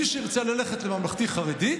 מי שירצה ללכת לממלכתי-חרדי,